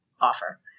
offer